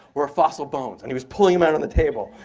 were fossil bones. and he was pulling them out on the table.